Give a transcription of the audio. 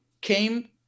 came